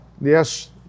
yes